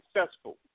successful